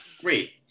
Great